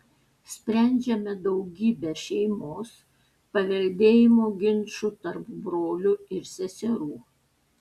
sprendžiame daugybę šeimos paveldėjimo ginčų tarp brolių ir seserų